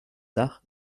dach